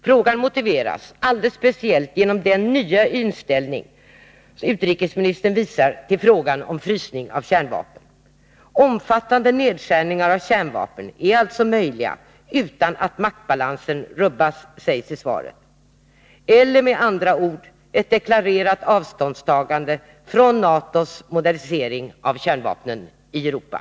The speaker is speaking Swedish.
Frågan motiveras alldeles speciellt genom den nya inställning utrikesministern visar till frågan om frysning av kärnvapen. Omfattande nedskärningar av kärnvapen är alltså möjliga utan att maktbalansen rubbas, sägs i svaret. Det är, med andra ord uttryckt, fråga om ett deklarerat avståndstagande från NATO:s modernisering av kärnvapnen i Europa.